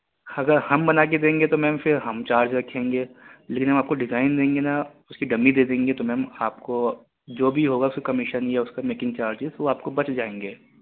اگر ہم بنا کے دیں گے تو میم پھر ہم چارج رکھیں گے لیکن آپ کو ڈیزائن دیں گے نا اس کی ڈمی دے دیں گے تو میم آپ کو جو بھی ہوگا پھر کمیشن یا اس کا میکنگ چارجز وہ آپ کو بچ جائیں گے